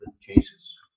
Jesus